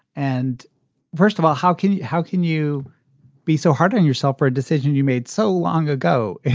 and first of all, how can you how can you be so hard on yourself for a decision you made so long ago?